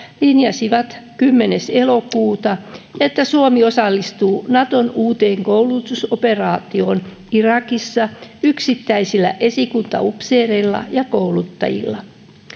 linjasivat kymmenes elokuuta että suomi osallistuu naton uuteen koulutusoperaatioon irakissa yksittäisillä esikuntaupseereilla ja kouluttajilla